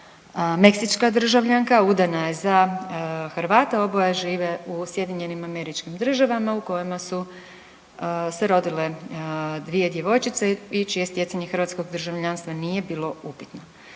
meksička državljanka udana je za Hrvata, oboje žive u SAD-u u kojima su se rodile dvije djevojčice i čije stjecanje hrvatskog državljanstva nije bilo upitno.